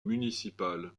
municipale